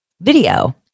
video